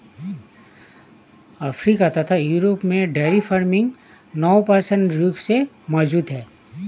Africa तथा Europe में dairy farming नवपाषाण युग से मौजूद है